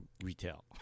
retail